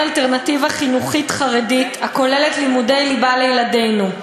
אלטרנטיבה חינוכית חרדית הכוללת לימודי ליבה לילדינו,